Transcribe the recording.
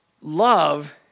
Love